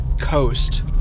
coast